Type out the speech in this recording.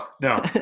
no